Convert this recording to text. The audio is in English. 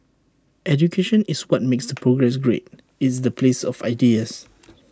education is what makes the progress great it's the place of ideas